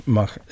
mag